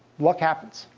luck happens,